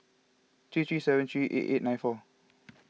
three three seven three eight eight nine four